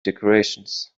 decorations